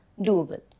doable